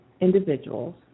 individuals